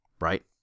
right